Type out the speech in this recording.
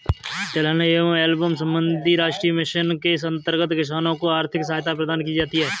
तिलहन एवं एल्बम संबंधी राष्ट्रीय मिशन के अंतर्गत किसानों को आर्थिक सहायता प्रदान की जाती है